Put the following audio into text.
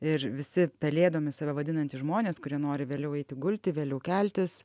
ir visi pelėdomis save vadinantys žmonės kurie nori vėliau eiti gulti vėliau keltis